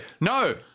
No